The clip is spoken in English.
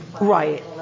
Right